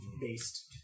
based